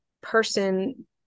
person